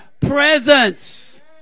presence